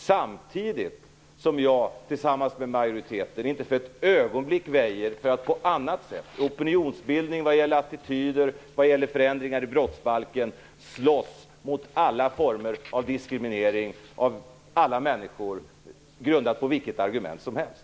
Samtidigt väjer jag tillsammans med majoriteten inte för ett ögonblick för att på annat sätt, genom opinionsbildning vad gäller attityder och förändringar i brottsbalken, slåss mot alla former av diskriminering av alla människor grundad på vilket argument som helst.